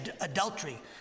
adultery